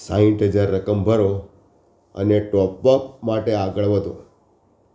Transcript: સાઠ હજાર રકમ ભરો અને ટોપઅપ માટે આગળ વધો